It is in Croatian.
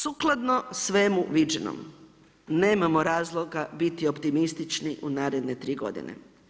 Sukladno svemu viđenom, nemamo razloga biti optimistični u naredne 3 godine.